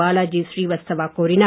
பாலஜி ஸ்ரீவத்சவா கூறினார்